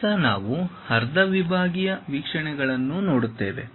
ಈಗ ನಾವು ಅರ್ಧ ವಿಭಾಗೀಯ ವೀಕ್ಷಣೆಗಳನ್ನು ನೋಡುತ್ತೇವೆ